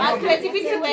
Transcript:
creativity